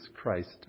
Christ